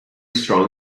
strong